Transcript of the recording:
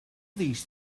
these